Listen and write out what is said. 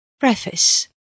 Preface